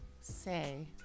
say